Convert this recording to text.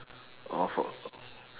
orh for